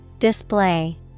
Display